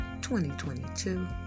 2022